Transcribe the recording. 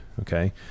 Okay